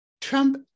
Trump